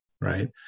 right